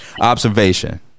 observation